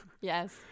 yes